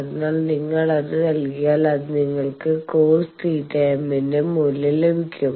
അതിനാൽ നിങ്ങൾ അത് നൽകിയാൽ നിങ്ങൾക്ക് cos θm ന്റെ മൂല്യം ലഭിക്കും